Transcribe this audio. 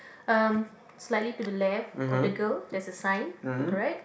um slightly to the left of the girl there's a sign correct